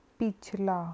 ਪਿਛਲਾ